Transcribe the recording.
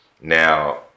Now